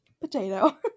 potato